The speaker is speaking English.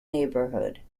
neighbourhood